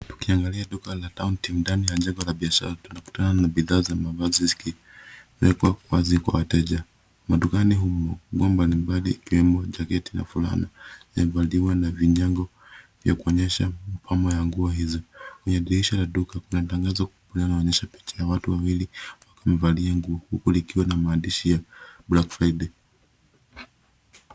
Tukiangalia duka la Town Team ndani ya jengo la biashara, tunakutana na bidhaa za mavazi zikiwekwa wazi kwa wateja. Madukani humu, nguo mbalimbali ikiwemo jacket na fulana, yamevaliwa na vinyago vya kuonyesha mapambo ya nguo hizo. Kwenye dirisha la duka, kuna tangazo kubwa inayoonyesha picha ya watu wawili, wakiwa wamevalia nguo, huku likiwa na maandishi ya black friday .